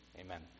Amen